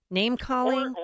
name-calling